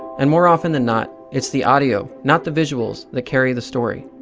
and more often than not, it's the audio, not the visuals, that carry the story.